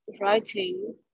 writing